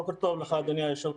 בוקר טוב לך, אדוני היושב-ראש.